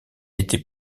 était